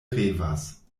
revas